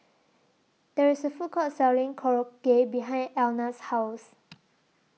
There IS A Food Court Selling Korokke behind Elna's House